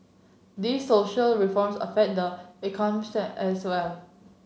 these social reforms affect the say as so as